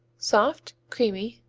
soft, creamy,